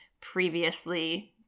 previously